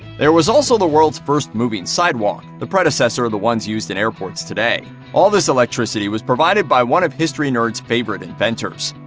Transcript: there was also the world's first moving sidewalk the predecessor of the ones used in airports today. all this electricity was provided by one of history nerds' favorite inventors.